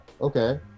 okay